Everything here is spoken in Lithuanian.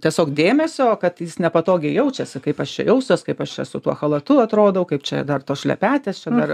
tiesiog dėmesio kad jis nepatogiai jaučiasi kaip aš čia jausiuos kaip aš čia su tuo chalatu atrodau kaip čia dar tos šlepetės čia dar